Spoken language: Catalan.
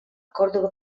còrdova